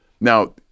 Now